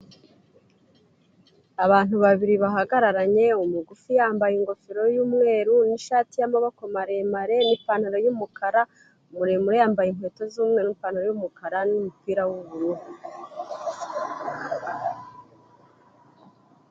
Abantu babiri bahagararanye, umugufi yambaye ingofero y'umweru n'ishati y'amaboko maremare n'ipantaro y'umukara, umuremure yambaye inkweto z'umweru n'ipantaro y'umukara n'umupira w'ubururu.